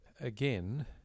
again